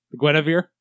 Guinevere